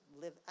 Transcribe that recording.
live